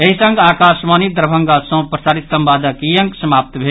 एहि संग आकाशवाणी दरभंगा सँ प्रसारित संवादक ई अंक समाप्त भेल